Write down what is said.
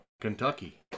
Kentucky